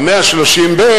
ו-130(ב)